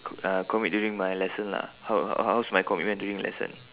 co~ uh commit during my lesson lah how how how's my commitment during lesson